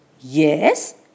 Yes